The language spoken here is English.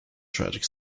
tragic